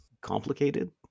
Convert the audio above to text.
complicated